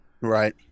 Right